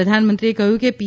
પ્રધાનમંત્રીએ કહ્યું કે પી